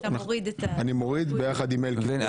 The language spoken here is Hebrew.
אני מוריד יחד עם אלקין.